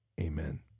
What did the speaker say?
Amen